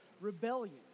rebellion